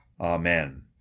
Amen